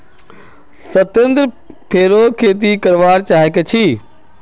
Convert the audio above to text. सत्येंद्र फेरो खेती करवा चाह छे की